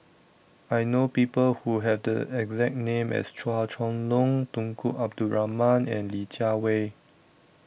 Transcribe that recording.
I know People Who Have The exact name as Chua Chong Long Tunku Abdul Rahman and Li Jiawei